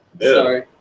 Sorry